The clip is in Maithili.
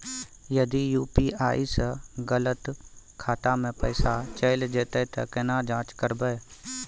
यदि यु.पी.आई स गलत खाता मे पैसा चैल जेतै त केना जाँच करबे?